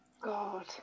God